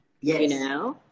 Yes